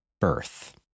birth